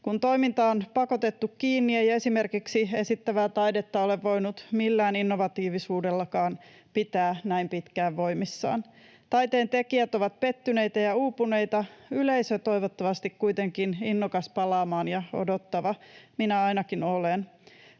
Kun toimintaa on pakotettu kiinni, ei esimerkiksi esittävää taidetta ei ole voinut millään innovatiivisuudellakaan pitää näin pitkään voimissaan. Taiteentekijät ovat pettyneitä ja uupuneita — yleisö toivottavasti kuitenkin innokas palaamaan ja odottava. Minä ainakin olen.